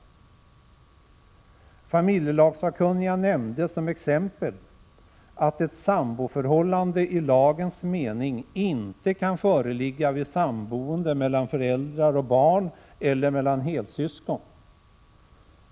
Familjelagssakkunniga nämnde som exempel att ett samboförhållande i lagens mening inte kan föreligga vid samboende mellan föräldrar och barn eller mellan helsyskon.